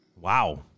Wow